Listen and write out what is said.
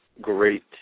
great